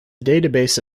database